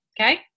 Okay